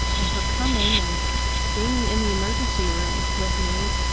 and her coming and being in the emergency room with me,